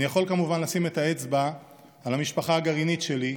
אני יכול כמובן לשים את האצבע על המשפחה הגרעינית שלי,